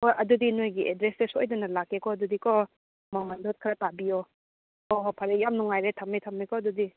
ꯍꯣꯏ ꯑꯗꯨꯗꯤ ꯅꯣꯏꯒꯤ ꯑꯦꯗ꯭ꯔꯦꯁꯇ ꯁꯣꯏꯗꯅ ꯂꯥꯛꯀꯦꯀꯣ ꯑꯗꯨꯗꯤꯀꯣ ꯃꯃꯟꯗꯣ ꯈꯔ ꯇꯥꯕꯤꯌꯣ ꯍꯣꯏ ꯍꯣꯏ ꯐꯔꯦ ꯌꯥꯝ ꯅꯨꯡꯉꯥꯏꯔꯦ ꯊꯝꯃꯦ ꯊꯝꯃꯦꯀꯣ ꯑꯗꯨꯗꯤ